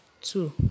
Two